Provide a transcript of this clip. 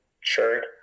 shirt